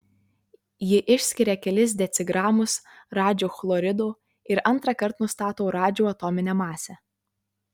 ji išskiria kelis decigramus radžio chlorido ir antrąkart nustato radžio atominę masę